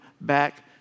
back